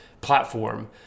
platform